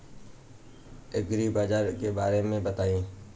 एग्रीबाजार के बारे में बताई?